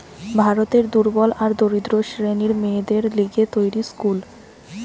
ভারতের দুর্বল আর দরিদ্র শ্রেণীর মেয়েদের লিগে তৈরী স্কুল